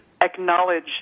acknowledge